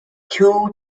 two